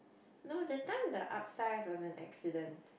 no that time the upsize was an accident